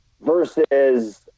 versus –